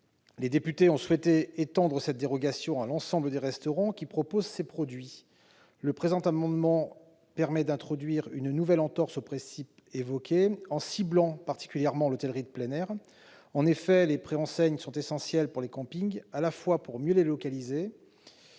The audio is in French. Les députés ont souhaité étendre cette dérogation à l'ensemble des restaurants qui proposent de tels produits. Par le présent amendement, il est proposé d'introduire une nouvelle entorse au principe évoqué, en ciblant particulièrement l'hôtellerie de plein air. En effet, les préenseignes sont essentielles pour les campings, à la fois pour mieux les localiser